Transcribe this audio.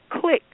click